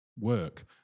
work